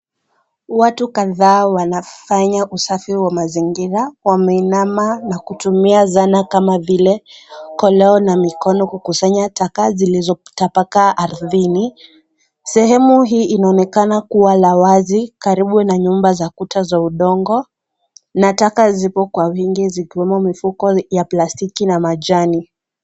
Watu kadhaa wanafanya usafi wa mazingira wameinama na kutumia zana kama vile koreo na mkono kusanya taka zilizotapakaa ardhini. Sehemu hii inaonekana kuwa la wazi karibu na nyumba za kuta za udongo na taka ziko kwa wingi zikiwemo mfuko za plastiki na majani.